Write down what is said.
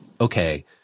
okay